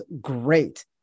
great